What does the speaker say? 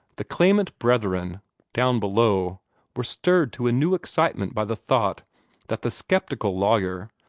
the clamant brethren down below were stirred to new excitement by the thought that the sceptical lawyer,